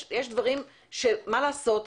מה לעשות,